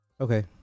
Okay